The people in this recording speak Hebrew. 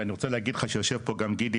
ואני רוצה להגיד לך שיושב פה גם גידי